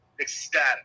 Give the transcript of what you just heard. ecstatic